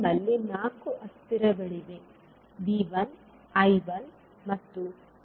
ನಮ್ಮಲ್ಲಿ 4 ಅಸ್ಥಿರಗಳಿವೆ V1 I1 ಮತ್ತು V2 I2